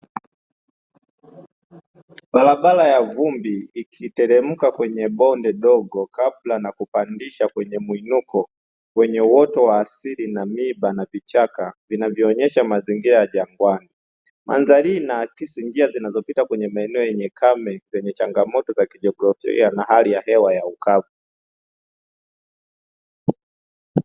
Barabara ya vumbi ikiteremka kwenye bonde dogo kabla na kupandisha kwenye mwinuko wenye uoto wa asili na miba na vichaka vinavyoonyesha mazingira ya jangwani. Mandhari hii inaakisi njia zinazopita kwenye maeneo yenye kame penye changamoto za kijiografia na hali ya hewa ya ukame.